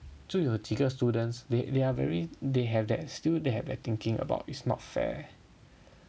就有几个 students they they are very they have that still have that thinking about is not fair